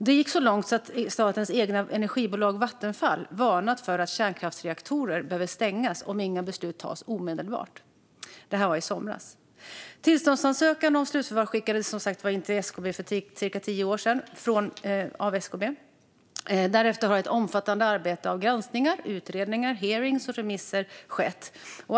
Det gick så långt att statens egna energibolag Vattenfall i somras varnade för att kärnkraftsreaktorer skulle behöva stängas om inga beslut skulle tas omedelbart. Tillståndsansökan om slutförvar skickades som sagt in av SKB för cirka tio år sedan. Därefter har det skett ett omfattande arbete med granskningar, utredningar, hearings och remisser.